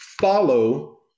follow